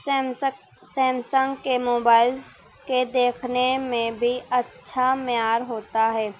سیمسک Samsung کے mobiles کے دیکھنے میں بھی اچھا معیار ہوتا ہے